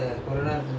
mmhmm